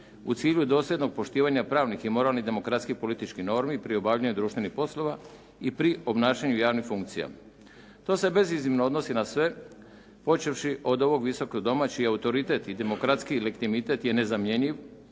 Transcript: u cilju dosljednog poštivanja pravnih i moralnih demokratskih i političkih normi pri obavljanju društvenih poslova i pri obnašanju javnih funkcija. To se beziznimno odnosi na sve počevši od ovog Visokog doma čiji je autoritet i demokratski legitimitet nezamjenjiv